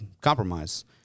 compromise